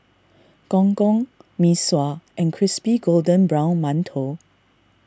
Gong Gong Mee Sua and Crispy Golden Brown Mantou